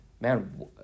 man